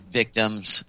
victims